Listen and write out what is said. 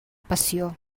passió